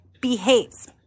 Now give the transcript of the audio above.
behaves